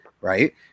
right